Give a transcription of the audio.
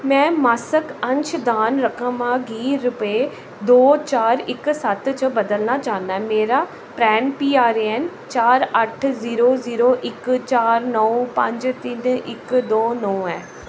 में मासक अंशदान रकमै गी बीह् रपेऽ दो चार इक सत्त च बदलना चाह्न्नां मेरा प्रैन पी आर ए एन चार अट्ठ जीरो जीरो इक चार नौ पंज तिन इक दो नौ ऐ